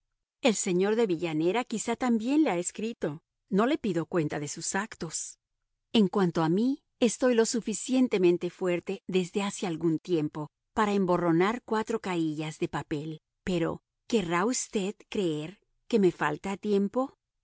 el señor de villanera quizá también le ha escrito no le pido cuenta de sus actos en cuanto a mí estoy lo suficientemente fuerte desde hace algún tiempo para emborronar cuatro carillas de papel pero querrá usted creer que me falta tiempo